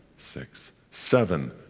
six, seven,